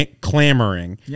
clamoring